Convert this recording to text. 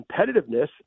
competitiveness